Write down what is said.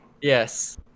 Yes